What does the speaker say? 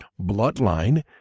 bloodline